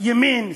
ימין,